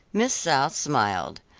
miss south smiled.